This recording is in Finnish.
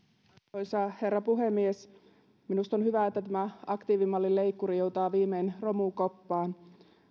arvoisa herra puhemies minusta on hyvä että tämä aktiivimallin leikkuri joutaa viimein romukoppaan